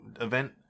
event